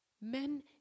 Men